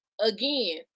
again